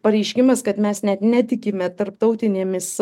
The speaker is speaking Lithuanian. pareiškimas kad mes net netikime tarptautinėmis